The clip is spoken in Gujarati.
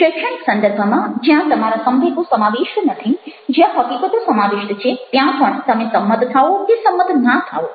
શૈક્ષણિક સંદર્ભમાં જ્યાં તમારા સંવેગો સમાવિષ્ટ નથી જ્યાં હકીકતો સમાવિષ્ટ છે ત્યાં પણ તમે સંમત થાઓ કે સંમત ના થાઓ